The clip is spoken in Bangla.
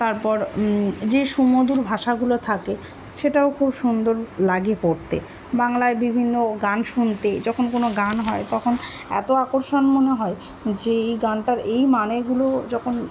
তারপর যে সুমধুর ভাষাগুলো থাকে সেটাও খুব সুন্দর লাগে পড়তে বাংলায় বিভিন্ন গান শুনতে যখন কোনো গান হয় তখন এতো আকর্ষণ মনে হয় যে এই গানটার এই মানেগুলো যখন